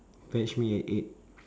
fetch me at eight